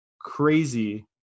crazy